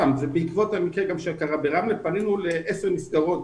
שבעקבות המקרה שקרה ברמלה, פנינו ל-10 מסגרות